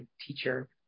teacher